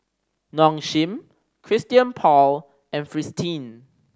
Nong Shim Christian Paul and Fristine